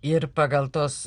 ir pagal tuos